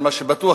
אבל מה שבטוח,